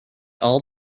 all